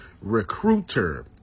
Recruiter